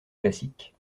classique